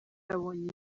yabonye